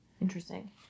interesting